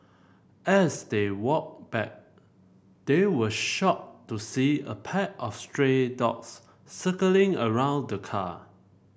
as they walked back they were shocked to see a pack of stray dogs circling around the car